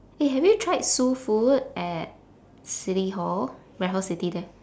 eh have you try soul food at city hall raffles city there